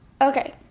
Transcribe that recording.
Okay